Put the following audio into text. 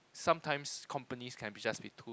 sometimes companies can be just be too